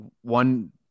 one